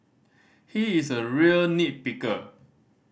he is a real nit picker